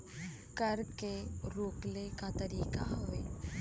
कर के रोकले क तरीका हउवे